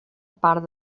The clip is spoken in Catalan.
part